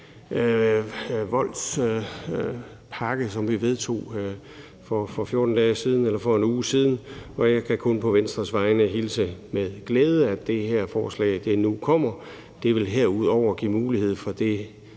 voldspakke, som vi vedtog for en uge siden, og jeg kan kun på Venstres vegne hilse med glæde, at det her forslag nu kommer. Det vil herudover give mulighed for det,